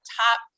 top